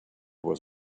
was